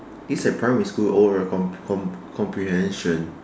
it's like primary school oral com~ com~ comprehension